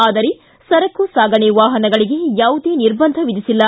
ಆದರೆ ಸರಕು ಸಾಗಾಣೆ ವಾಹನಗಳಗೆ ಯಾವುದೇ ನಿರ್ಬಂಧ ವಿಧಿಸಿಲ್ಲ